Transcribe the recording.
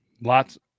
Lots